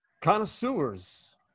connoisseurs